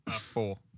Four